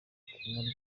turimo